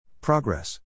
Progress